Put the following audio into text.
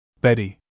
Betty